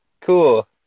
cool